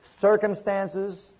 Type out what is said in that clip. circumstances